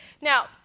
Now